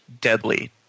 deadly